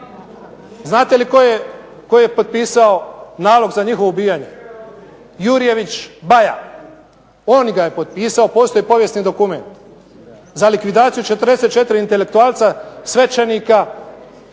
Znate li tko je potpisao nalog za njihovo ubijanje? Jurjević Baja. On ga je potpisao postoji povijesni dokument. Za likvidaciju 44 intelektualca svećenika,